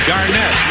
Garnett